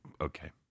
okay